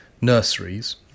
nurseries